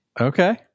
Okay